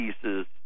pieces